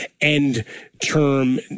end-term